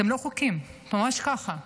אתם לא חוקיים, ממש ככה.